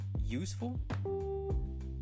useful